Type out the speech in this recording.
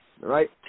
right